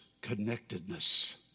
connectedness